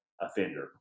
offender